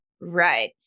Right